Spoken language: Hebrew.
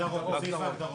הגדרות, סעיף ההגדרות.